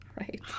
Right